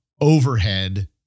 overhead